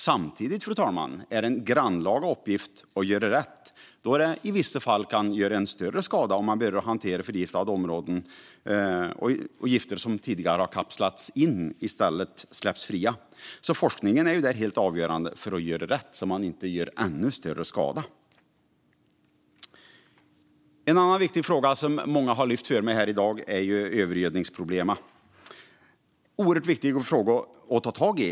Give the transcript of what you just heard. Samtidigt, fru talman, är det en grannlaga uppgift att göra rätt då det i vissa fall kan göra en större skada om man börjar hantera förgiftade områden och gifter som tidigare har kapslats in i stället släpps fria. Forskningen är där helt avgörande för att göra rätt så att man inte gör ännu större skada. En annan viktig fråga som många före mig har lyft fram här i dag är övergödningsproblemen. Det är en oerhört viktig fråga att ta tag i.